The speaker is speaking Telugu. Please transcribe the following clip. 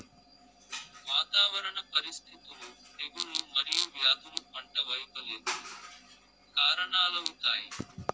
వాతావరణ పరిస్థితులు, తెగుళ్ళు మరియు వ్యాధులు పంట వైపల్యంకు కారణాలవుతాయి